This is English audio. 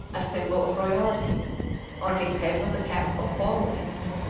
a symbol of royalty on his head was a cap of palm leaves.